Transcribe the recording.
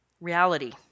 reality